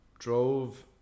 drove